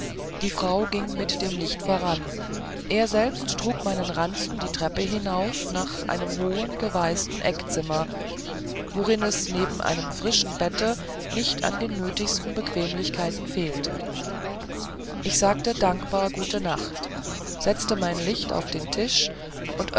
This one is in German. die frau ging mit dem licht voran er selbst trug meinen ranzen die treppe hinauf nach einem hohen geweißten eckzimmer worin es neben einem frischen bette nicht an den nötigsten bequemlichkeiten fehlte ich sagte dankbar gute nacht setzte mein licht auf den tisch und